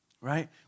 right